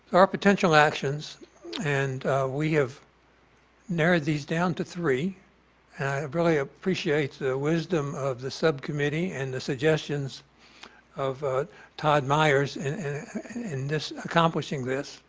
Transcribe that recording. there are potential actions and we have narrowed these down to three. i really appreciate the wisdom of the subcommittee and the suggestions of todd myers in this accomplishing this.